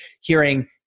hearing